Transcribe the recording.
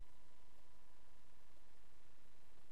להגיד: אין